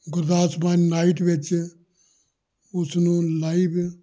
Gurdas Maan night ਵਿੱਚ ਉਸ ਨੂੰ ਲਾਈਵ